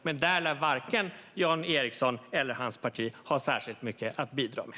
Men där lär varken Jan Ericson eller hans parti ha särskilt mycket att bidra med.